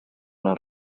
una